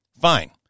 fine